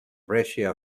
brescia